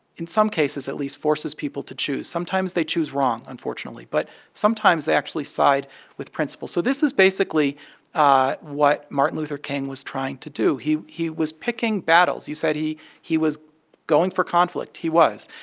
in some cases, at least, forces people to choose. sometimes they choose wrong, unfortunately. but sometimes they actually side with principle so this is basically ah what martin luther king was trying to do. he he was picking battles. you said he he was going for conflict. he was.